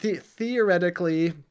Theoretically